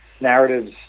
narratives